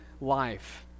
life